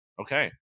Okay